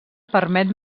permet